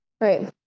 right